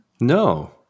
No